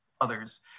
others